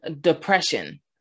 depression